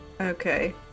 Okay